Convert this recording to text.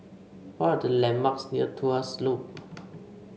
what are the landmarks near Tuas Loop